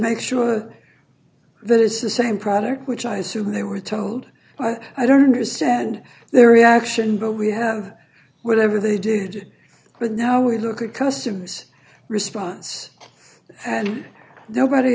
make sure that it's the same product which i assume they were told but i don't understand their reaction but we have whatever they did with now we look at customs response and nobody